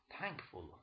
thankful